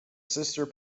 sister